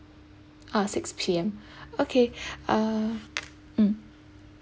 ah six P_M okay uh mm